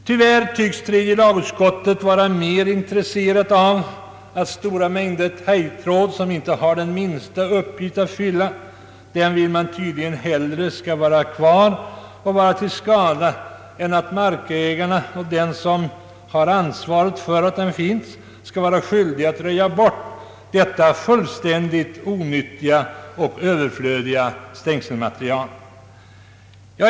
Tyvärr tycks tredje lagutskottet vara mer intresserat av att stora mängder taggtråd som inte har den minsta uppgift att fylla skall få vara kvar och således bli till skada än av att markägarna och de som har ansvaret för att taggtråden finns skall vara skyldiga att röja bort detta fullständigt onyttiga och överflödiga stängselmaterial.